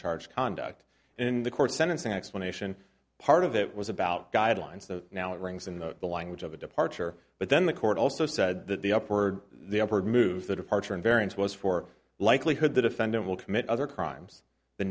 charged conduct in the court sentencing explanation part of it was about guidelines that now it rings in the language of a departure but then the court also said that the upward the upward move the departure and variance was for likelihood the defendant will commit other crimes the